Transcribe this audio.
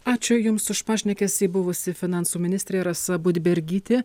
ačiū jums už pašnekesį buvusi finansų ministrė rasa budbergytė